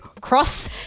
Cross